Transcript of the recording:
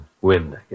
wind